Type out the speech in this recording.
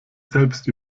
selbst